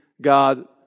God